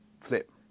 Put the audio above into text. flip